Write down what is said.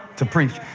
to preach.